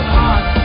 heart